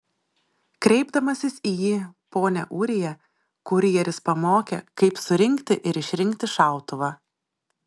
kreipdamasis į jį pone ūrija kurjeris pamokė kaip surinkti ir išrinkti šautuvą